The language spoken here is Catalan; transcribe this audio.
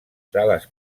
sales